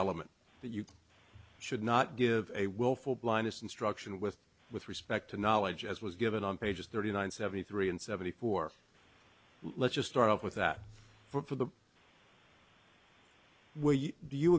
that you should not give a willful blindness instruction with with respect to knowledge as was given on page thirty nine seventy three and seventy four let's just start off with that for the where do you